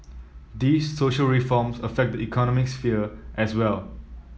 these social reforms affect the economic sphere as well